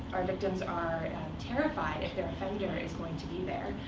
our victims are terrified if their offender is going to be there.